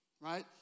right